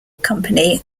company